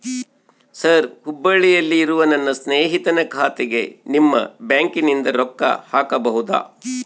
Sir ಹುಬ್ಬಳ್ಳಿಯಲ್ಲಿ ಇರುವ ನನ್ನ ಸ್ನೇಹಿತನ ಖಾತೆಗೆ ನಿಮ್ಮ ಬ್ಯಾಂಕಿನಿಂದ ರೊಕ್ಕ ಹಾಕಬಹುದಾ?